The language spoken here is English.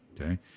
Okay